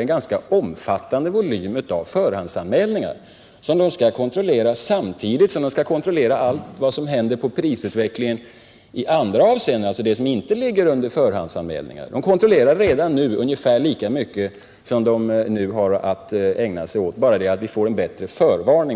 en ganska omfattande volym av förhandsanmälningar, som ofta kontrolleras samtidigt som man måste kontrollera allt som händer i fråga om prisutvecklingen i andra avseenden, alltså när det inte gäller förhandsanmälningar. Redan nu kontrollerar SPK ungefär lika mycket som man kommer att få ägna sig åt, men detta system ger en bättre förvarning.